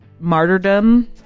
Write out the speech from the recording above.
martyrdom